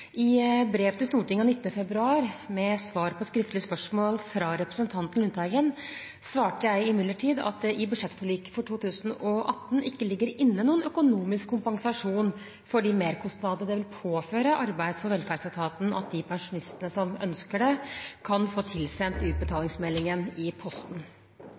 I brev til Stortinget den 19. februar med svar på skriftlig spørsmål fra representanten Lundteigen svarte jeg imidlertid at det i budsjettforliket for 2018 ikke ligger inne noen økonomisk kompensasjon for de merkostnader det vil påføre arbeids- og velferdsetaten at de pensjonistene som ønsker det, kan få tilsendt utbetalingsmeldingen i posten.